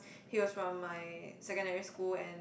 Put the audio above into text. he was from my secondary school and